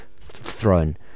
throne